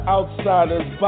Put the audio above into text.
Outsiders